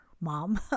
mom